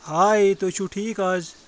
ہاے تُہۍ چِھوٕ ٹھیٖک از ؟